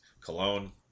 Cologne